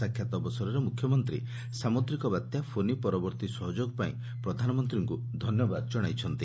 ସାକ୍ଷାତ ଅବସରେ ମୁଖ୍ୟମନ୍ତୀ ସାମୁଦ୍ରିକ ବାତ୍ୟା ଫୋନି ପରବର୍ଭୀ ସହଯୋଗ ପାଇଁ ପ୍ରଧାନମନ୍ତୀଙ୍କୁ ଧନ୍ୟବାଦ ଜଶାଇଛନ୍ତି